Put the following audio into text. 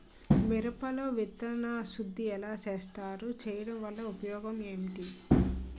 మిరప లో విత్తన శుద్ధి ఎలా చేస్తారు? చేయటం వల్ల ఉపయోగం ఏంటి?